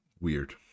weird